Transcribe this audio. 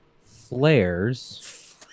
flares